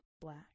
black